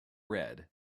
red